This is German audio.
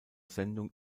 sendung